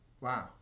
Wow